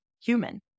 human